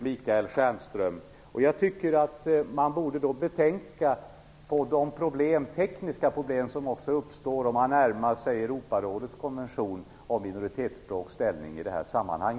Man borde också betänka de tekniska problem som uppstår om vi i det här sammanhanget närmar oss Europarådets konvention om minoritetsspråks ställning.